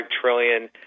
trillion